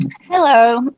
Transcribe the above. Hello